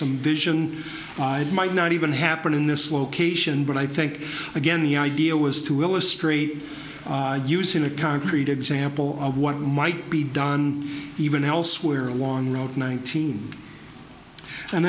some vision might not even happen in this location but i think again the idea was to illustrate using a concrete example of what might be done even elsewhere along route nineteen and